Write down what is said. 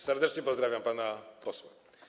Serdecznie pozdrawiam pana posła.